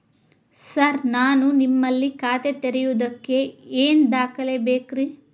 Sir ನಾನು ನಿಮ್ಮಲ್ಲಿ ಖಾತೆ ತೆರೆಯುವುದಕ್ಕೆ ಏನ್ ದಾಖಲೆ ಬೇಕ್ರಿ?